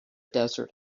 desert